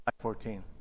14